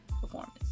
performance